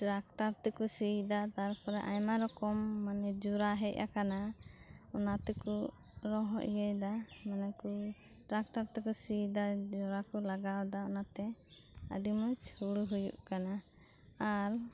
tractor ᱛᱮᱠᱚ ᱥᱤ ᱮᱫᱟ ᱛᱟᱨᱯᱚᱨᱮ ᱟᱭᱢᱟ ᱨᱚᱠᱚᱢ ᱢᱟᱱᱮ ᱡᱚᱨᱟ ᱦᱮᱡ ᱟᱠᱟᱱᱟ ᱚᱱᱟ ᱛᱮᱠᱚ ᱨᱚᱦᱚᱭ ᱮᱫᱟ ᱢᱟᱱᱮ ᱠᱚ ᱴᱨᱟᱠᱴᱟᱨ ᱛᱮᱠᱚ ᱥᱤᱭᱫᱟ ᱡᱚᱨᱟ ᱠᱚ ᱞᱟᱜᱟᱣ ᱮᱫᱟ ᱚᱱᱟᱛᱮ ᱟᱰᱤ ᱢᱚᱸᱡᱽ ᱦᱳᱲᱳ ᱦᱳᱭᱳᱜ ᱠᱟᱱᱟ ᱟᱨ